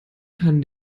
kann